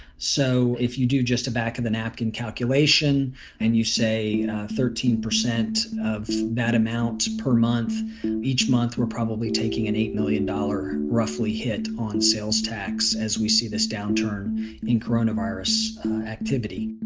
so if you do just a back of the napkin calculation and you say thirteen percent of that amount per month each month, we're probably taking an eight million dollar roughly hit on sales tax as we see this downturn in corona virus activity